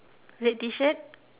red T-shirt